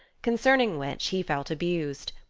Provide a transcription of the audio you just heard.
concerning which he felt abused.